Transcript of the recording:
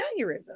aneurysm